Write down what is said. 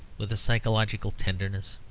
with a psychological tenderness?